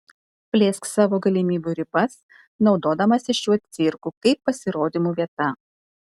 plėsk savo galimybių ribas naudodamasi šiuo cirku kaip pasirodymų vieta